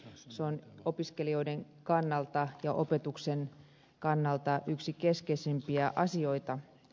se on opiskelijoiden ja opetuksen kannalta yksi keskeisimpiä asioita